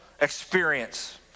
experience